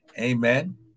Amen